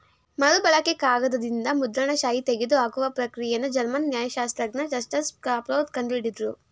ಮರುಬಳಕೆ ಕಾಗದದಿಂದ ಮುದ್ರಣ ಶಾಯಿ ತೆಗೆದುಹಾಕುವ ಪ್ರಕ್ರಿಯೆನ ಜರ್ಮನ್ ನ್ಯಾಯಶಾಸ್ತ್ರಜ್ಞ ಜಸ್ಟಸ್ ಕ್ಲಾಪ್ರೋತ್ ಕಂಡು ಹಿಡುದ್ರು